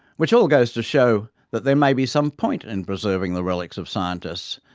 which all goes to show that there may be some point in preserving the relics of scientists,